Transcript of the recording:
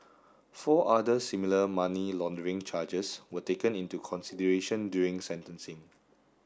four other similar money laundering charges were taken into consideration during sentencing